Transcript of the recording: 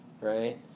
right